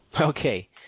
Okay